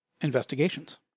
investigations